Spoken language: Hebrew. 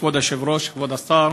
כבוד היושב-ראש, כבוד השר,